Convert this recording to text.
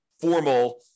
formal